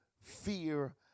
fear